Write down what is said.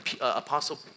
Apostle